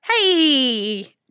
hey